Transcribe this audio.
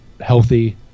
healthy